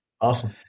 Awesome